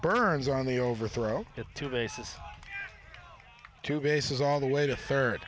burns on the over throw it to bases two bases all the way to third